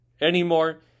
anymore